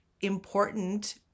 important